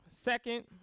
Second